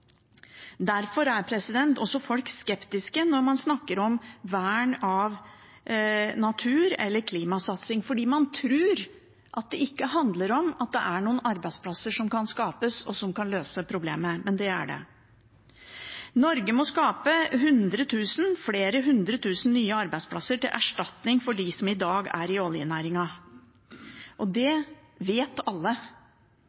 Derfor er folk også skeptiske når man snakker om vern av natur og klimasatsing, for man tror ikke at det handler om at det kan skapes arbeidsplasser som kan løse problemet. Men det gjør det. Norge må skape flere hundre tusen nye arbeidsplasser til erstatning for dem som i dag er i oljenæringen. Det